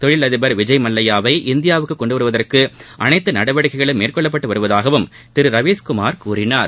தொழிலதிபர் விஜய் மல்லையாவை இந்தியாவுக்குக் கொண்டு வருவதற்கு அனைத்து நடவடிக்கைகளும் மேற்கொள்ளபட்டு வருவதாகவும் திரு ரவிஸ்குமார் கூறினார்